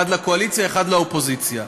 אחד לקואליציה ואחד לאופוזיציה.